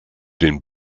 den